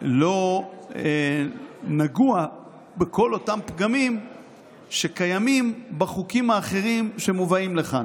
לא נגוע בכל אותם פגמים שקיימים בחוקים האחרים שמובאים לכאן.